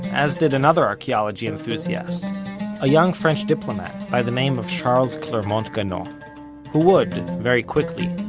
as did another archeology enthusiast a young french diplomat by the name of charles clermont-ganneau who would, very quickly,